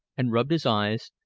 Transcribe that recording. and rubbed his eyes,